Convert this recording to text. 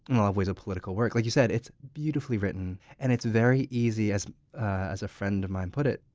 and of ways, a political work. like you said, it's beautifully written and it's very easy, as ah as a friend of mine put it,